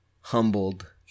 humbled